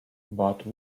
but